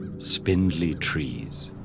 spindly trees,